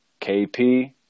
KP